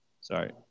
sorry